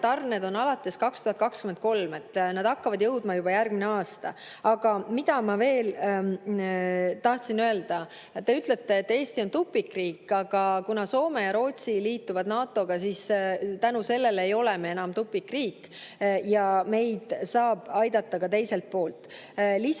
tarned on alates 2023, nad hakkavad jõudma juba järgmisel aastal. Aga mida ma veel tahtsin öelda. Te ütlete, et Eesti on tupikriik. Aga kuna Soome ja Rootsi liituvad NATO‑ga, siis tänu sellele ei ole me enam tupikriik ja meid saab aidata ka teiselt poolt. Lisaks,